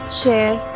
share